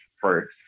first